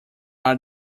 are